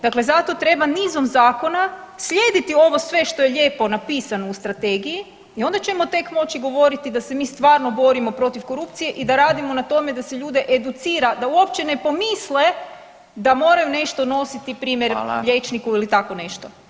Dakle, zato treba nizom zakona slijediti ovo sve što je lijepo napisano u strategiji i onda ćemo tek moći govoriti da se mi stvarno borimo protiv korupcije i da radimo na tome da se ljude educira da uopće ne pomisle da moraju nešto nositi primjer liječniku ili tako nešto.